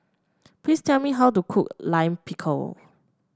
please tell me how to cook Lime Pickle